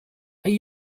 are